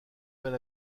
mal